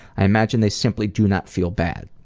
i imagine they simply do not feel bad.